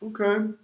Okay